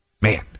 Man